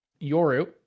Yoru